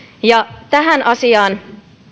tähän asiaan